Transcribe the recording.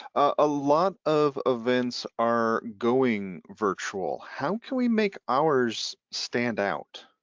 a lot of events are going virtual, how can we make ours stand out?